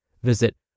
Visit